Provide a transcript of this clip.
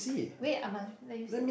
wait I must let you see